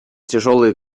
тяжелые